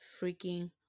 freaking